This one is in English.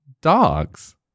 dogs